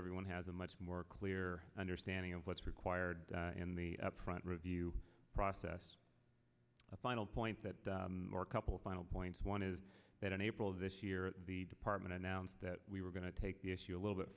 everyone has a much more clear understanding of what's required in the upfront review process a final point that or a couple of final points one is that in april of this year the department announced that we were going to take the issue a little bit